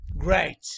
Great